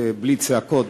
ובלי צעקות,